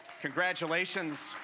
congratulations